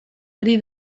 ari